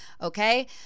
Okay